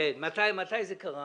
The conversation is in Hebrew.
מתי זה קרה?